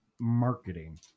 marketing